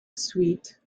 suite